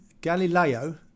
Galileo